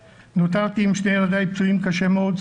נותרתי עם שני ילדיי פצועים קשה מאוד,